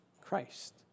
Christ